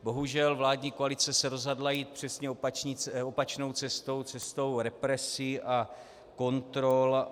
Bohužel vládní koalice se rozhodla jít přesně opačnou cestou cestou represí a kontrol.